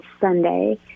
sunday